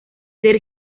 ser